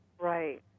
Right